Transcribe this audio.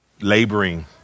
laboring